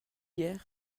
hier